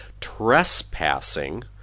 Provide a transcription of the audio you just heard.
trespassing